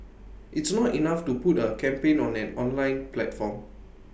it's not enough to put A campaign on an online platform